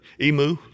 Emu